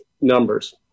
numbers